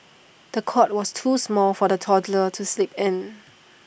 the cot was too small for the toddler to sleep in